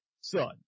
Son